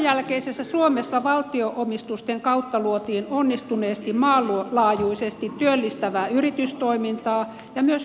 sodanjälkeisessä suomessa valtio omistusten kautta luotiin onnistuneesti maanlaajuisesti työllistävää yritystoimintaa ja myös hyvinvointivaltiota